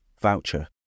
voucher